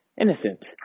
innocent